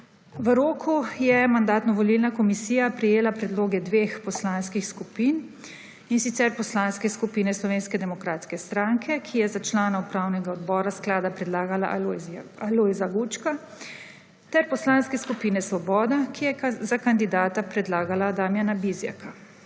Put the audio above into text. V roku je Mandatno-volilna komisija prejela predloge dveh poslanskih skupin in sicer Poslanske skupine Slovenske demokratske stranke, ki je za člana upravnega odbora sklada predlagala Alojza Gučka ter Poslanske skupine Svoboda, ki je za kandidata predlagala Damjana Bizjaka.